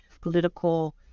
political